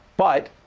but